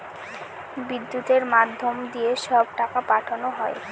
বিদ্যুতের মাধ্যম দিয়ে সব টাকা পাঠানো হয়